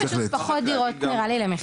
יש פשוט פחות דירות נראה לי למכירה.